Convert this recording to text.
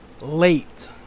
late